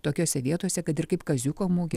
tokiose vietose kad ir kaip kaziuko mugė